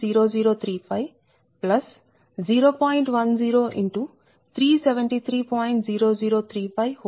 6692 400 44 x 373